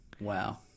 Wow